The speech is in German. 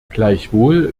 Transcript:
gleichwohl